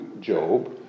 Job